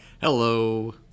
Hello